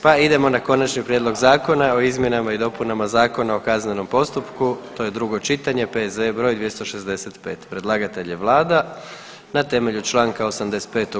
pa idemo na: - Konačni prijedlog Zakona o izmjenama i dopunama Zakona o kaznenom postupku, drugo čitanje, P.Z.E. broj 265 Predlagatelj je vlada na temelju Članka 85.